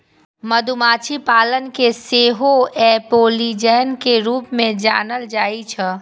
मधुमाछी पालन कें सेहो एपियोलॉजी के रूप मे जानल जाइ छै